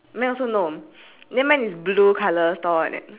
let's see what else ah orh yes